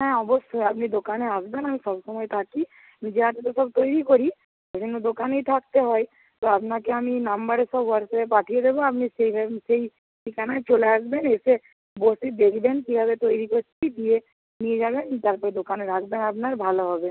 হ্যাঁ অবশ্যই আপনি দোকানে আসবেন আমি সব সময় থাকি নিজে হাতে তো সব তৈরি করি সেইজন্য দোকানেই থাকতে হয় তো আপনাকে আমি নাম্বারে সব হোয়াটসঅ্যাপে পাঠিয়ে দেব আপনি সেই সেই ঠিকানায় চলে আসবেন এসে বসে দেখবেন কীভাবে তৈরি করছি দিয়ে নিয়ে যাবেন তারপরে দোকানে রাখবেন আপনার ভালো হবে